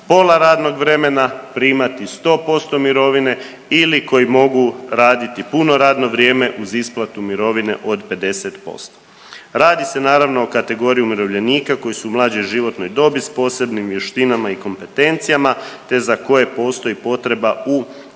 pola radnog vremena, primati 100% mirovine ili koji mogu raditi puno radno vrijeme uz isplatu mirovine od 50%. Radi se naravno o kategoriji umirovljenika koji su u mlađoj životnoj dobi s posebnim vještinama i kompetencijama te za koje postoji potreba u